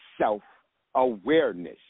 self-awareness